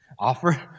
Offer